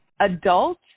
adult